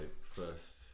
first